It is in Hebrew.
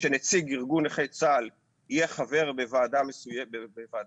שנציג ארגון נכי צה"ל יהיה חבר בוועדה מסוימת,